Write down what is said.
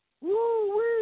Woo-wee